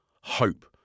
hope